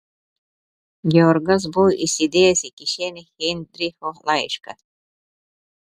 georgas buvo įsidėjęs į kišenę heinricho laišką